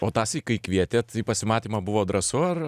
o tąsyk kai kvietėt į pasimatymą buvo drąsu ar